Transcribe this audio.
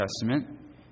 Testament